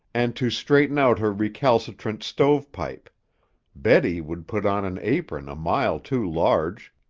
and to straighten out her recalcitrant stove-pipe betty would put on an apron a mile too large,